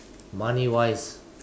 money wise